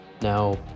Now